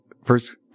First